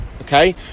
okay